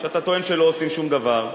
כשאתה טוען שלא עושים שום דבר,